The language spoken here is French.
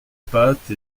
pâte